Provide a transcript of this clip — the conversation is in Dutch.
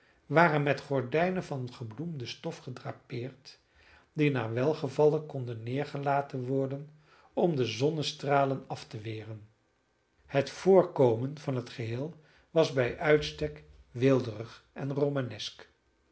waren met gordijnen van gebloemde stof gedrapeerd die naar welgevallen konden neergelaten worden om de zonnestralen af te weren het voorkomen van het geheel was bij uitstek weelderig en